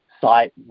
site